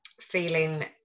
feeling